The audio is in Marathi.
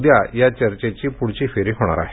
उद्या या चर्चेची पुढची फेरी होणार आहे